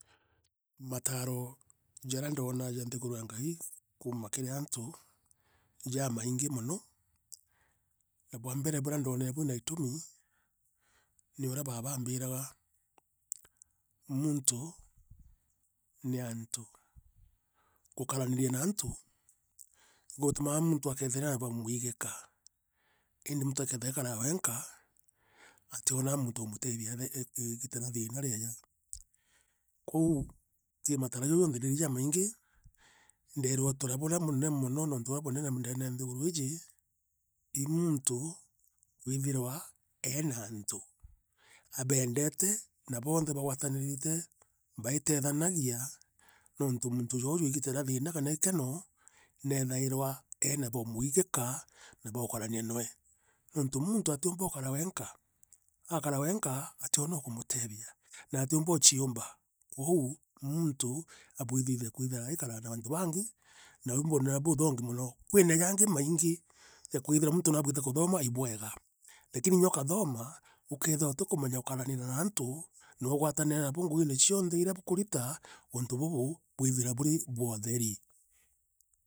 Mataaro jariandona ja nthiguru e ngai kuuma antu i jaamangi mono na bwambere buria ndoonere bwina itumi ni urea baaba aambiraga muntu ni antu. Gukarariria na antu igutumaa muntu akethira aina baumwigika iindi muntu akethira agikaraa wenka ationaa muntu wa umutethia igita ria thiina rieja kwou kiri matoro jau jonthe ndira jamaingi ndeaiwe untu buria bunene ndeene o nthi guruu iiji i muuntu kwithira eena antu. Abeendete bagwataririte baite thanagia nontu muuntu jooju igita ria thiina kana ikeno neethairwa eena ba umwigika na baukarania noe. Nontu muuntu atiumba uchiumba kwou muuntu abuirite kwithira aikaraa na antu bangi na bou buonere buthongi momo kwina jaangi maingi ya kwithira muntu nabuirite kuthoma ibwega lakini inya ukathooma ukeethira utikumenya ukaraniria na antu noe gwatanira nabo nguine cionthe iriabukurita untu bubu bwithika buri bwotheri.